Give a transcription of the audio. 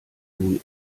nun